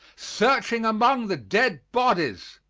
searching among the dead bodies.